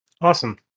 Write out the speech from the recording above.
Awesome